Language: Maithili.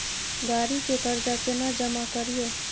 गाड़ी के कर्जा केना जमा करिए?